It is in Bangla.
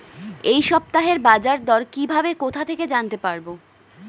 এই সপ্তাহের বাজারদর কিভাবে কোথা থেকে জানতে পারবো?